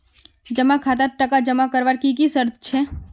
जमा खातात टका जमा करवार की की शर्त छे?